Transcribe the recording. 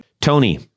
Tony